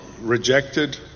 rejected